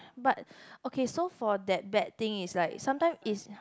but okay so for that bad thing is like sometime it's